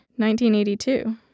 1982